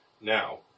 Now